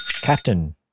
Captain